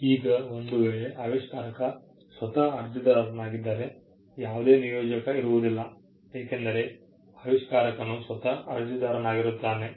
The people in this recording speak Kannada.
ಈಗ ಒಂದು ವೇಳೆ ಆವಿಷ್ಕಾರಕ ಸ್ವತಃ ಅರ್ಜಿದಾರನಾಗಿದ್ದರೆ ಯಾವುದೇ ನಿಯೋಜಕ ಇರುವುದಿಲ್ಲ ಏಕೆಂದರೆ ಆವಿಷ್ಕಾರಕನು ಸ್ವತಃ ಅರ್ಜಿದಾರ ನಾಗಿರುತ್ತಾನೆ